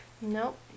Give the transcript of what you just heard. Nope